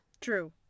True